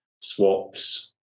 swaps